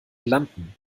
landen